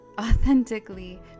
authentically